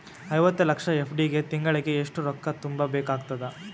ಐವತ್ತು ಲಕ್ಷ ಎಫ್.ಡಿ ಗೆ ತಿಂಗಳಿಗೆ ಎಷ್ಟು ರೊಕ್ಕ ತುಂಬಾ ಬೇಕಾಗತದ?